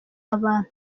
abantu